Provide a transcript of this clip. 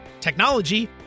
technology